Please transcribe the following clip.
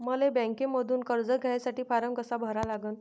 मले बँकेमंधून कर्ज घ्यासाठी फारम कसा भरा लागन?